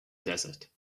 desert